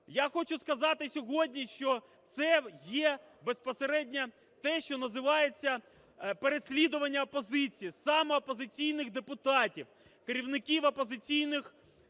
Я хочу сказати сьогодні, що це є безпосередньо те, що називається переслідування опозиції, саме опозиційних депутатів, керівників опозиційних, скажімо,